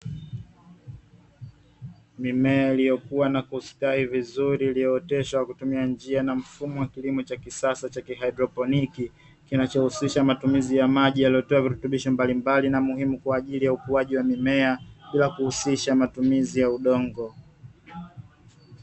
Mimea iliyokua na kustawi vizuri, iliyooteshwa kwa kutumia njia na mfumo wa kilimo cha kisasa cha haidroponi, kinachohusisha matumizi ya maji yaliyotiwa virutubisho mbalimbali na muhimu kwa ajili ya ukuaji wa mimea, bila kuhusisha matumizi ya udongo.